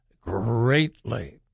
greatly